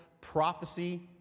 prophecy